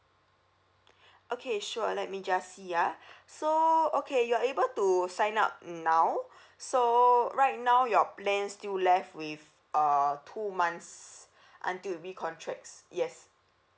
okay sure let me just see ah so okay you're able to sign up now so right now your plan still left with uh two months until it recontracts yes